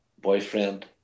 boyfriend